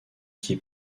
qui